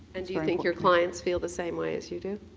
and do you think your clients feel the same way as you do?